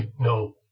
No